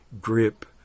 grip